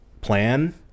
plan